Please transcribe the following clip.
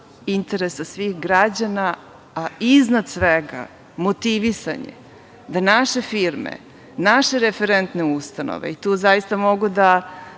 interesa svih građana, a iznad svega motivisanje da naše firme, naše referente ustanove i tu zaista mogu da